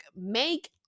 Make